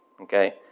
Okay